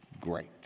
great